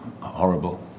horrible